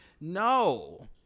No